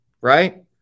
right